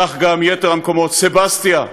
כך גם יתר המקומות: סבסטיה,